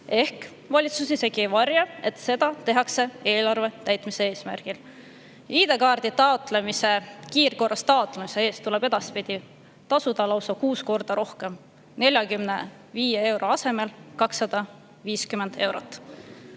Ehk valitsus isegi ei varja, et seda tehakse eelarve täitmise eesmärgil.ID-kaardi kiirkorras taotlemise eest tuleb edaspidi tasuda lausa kuus korda rohkem: 45 euro asemel 250 eurot.